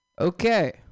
Okay